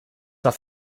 das